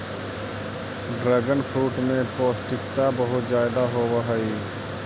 dragon fruit में पौष्टिकता बहुत ज्यादा होवऽ हइ